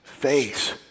face